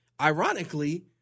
ironically